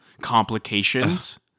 complications